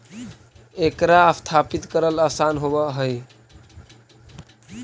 एकरा स्थापित करल आसान होब हई